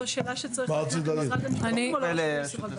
זו שאלה שצריך להפנות למשרד המשפטים או --- מה רצית להגיד?